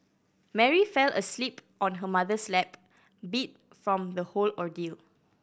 Mary fell asleep on her mother's lap beat from the whole ordeal